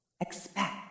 expect